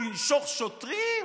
לנשוך שוטרים?